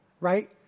right